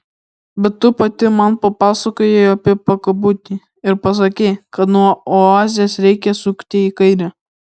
bet tu pati man papasakojai apie pakabutį ir pasakei kad nuo oazės reikia sukti į kairę